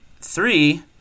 three